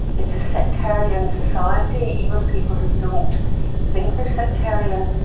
it's a sectarian society even people who don't think they're sectarian,